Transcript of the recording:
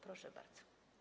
Proszę bardzo.